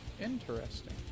Interesting